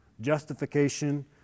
justification